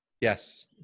yes